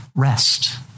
rest